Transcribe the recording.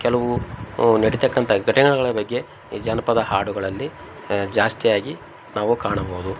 ಕೆಲವು ನೆಡಿತಕ್ಕಂಥ ಘಟನೆಗಳ ಬಗ್ಗೆ ಈ ಜಾನಪದ ಹಾಡುಗಳಲ್ಲಿ ಜಾಸ್ತಿಯಾಗಿ ನಾವು ಕಾಣಬೋದು